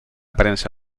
prensa